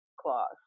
clause